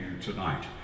tonight